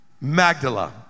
Magdala